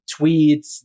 tweets